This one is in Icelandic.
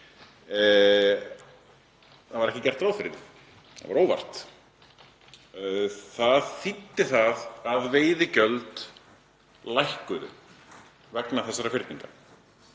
Það var ekki gert ráð fyrir því. Það var óvart. Það þýddi að veiðigjöld lækkuðu vegna þessara fyrninga.